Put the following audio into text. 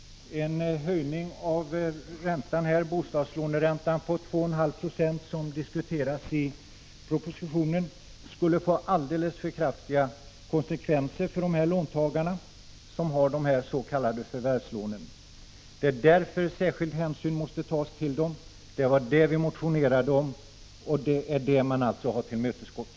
En höjning av bostadslåneräntan med 2,5 96, som diskuteras i propositionen, skulle få alldeles för stora konsekvenser för de låntagare som har s.k. förvärvslån. Det är därför som särskild hänsyn måste tas till dessa. Detta har vi motionerat om, och det har man alltså nu tillmötesgått.